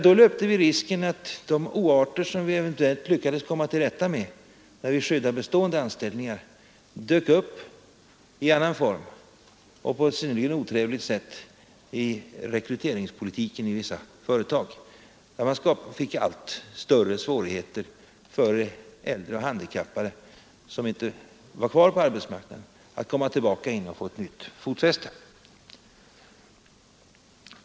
Då löpte vi risken att de oarter, som vi eventuellt lyckades komma till rätta med när vi skyddade bestående anställningar, dök upp i annan form — och på ett synnerligen otrevligt sätt — i rekryteringspolitiken i vissa företag. Man skulle få allt större svårigheter för äldre och handikappade, som inte var kvar på arbetsmarknaden, att komma tillbaka och få nytt fotfäste.